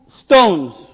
stones